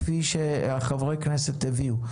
כפי שחברי הכנסת הביאו.